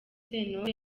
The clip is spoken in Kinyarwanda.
sentore